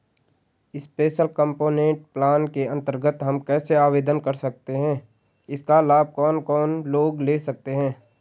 Special component plan के अन्तर्गत हम कैसे आवेदन कर सकते हैं इसका लाभ कौन कौन लोग ले सकते हैं?